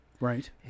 Right